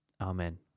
Amen